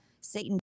Satan